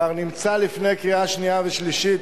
וכבר נמצא לפני קריאה שנייה ושלישית.